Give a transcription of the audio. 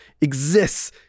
exists